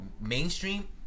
mainstream